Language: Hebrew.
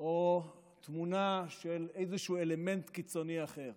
או תמונה של איזשהו אלמנט קיצוני אחר?